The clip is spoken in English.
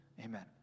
Amen